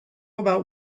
about